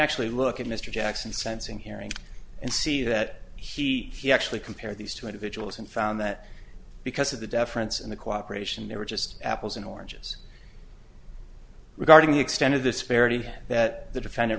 actually look at mr jackson sensing hearing and see that he actually compare these two individuals and found that because of the deference and the cooperation they were just apples and oranges regarding the extent of this parity that the defendant